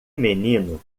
menino